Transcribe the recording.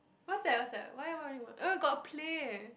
what's that what's that why what are you want um got play